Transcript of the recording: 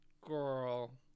Girl